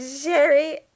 sherry